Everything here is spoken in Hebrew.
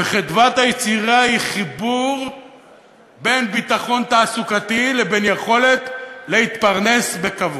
וחדוות היצירה היא חיבור בין ביטחון תעסוקתי לבין היכולת להתפרנס בכבוד.